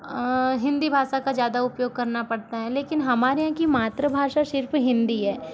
हिन्दी भाषा का ज़्यादा उपयोग करना पड़ता है लेकिन हमारे यहाँ की मातृभाषा सिर्फ हिन्दी है